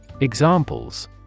Examples